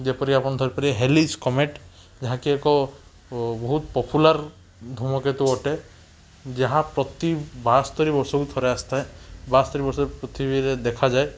ଯେପରି ଆପଣ ଧରିପାରିବେ ହେଲିଜ୍ କମେଟ୍ ଯାହାକି ଏକ ବହୁତ ପପୁଲାର୍ ଧୂମକେତୁ ଅଟେ ଯାହା ପ୍ରତି ବାସ୍ତରୀ ବର୍ଷକୁ ଥରେ ଆସିଥାଏ ବାସ୍ତରୀ ବର୍ଷରେ ପୃଥିବୀରେ ଦେଖାଯାଏ